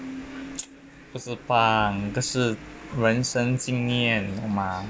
不是棒那个是人生经验懂吗